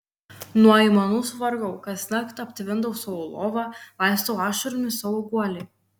nuo aimanų suvargau kasnakt aptvindau savo lovą laistau ašaromis savo guolį